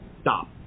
stop